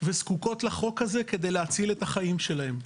וזקוקות לחוק הזה כדי להציל את החיים שלהן.